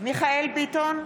מיכאל מרדכי ביטון,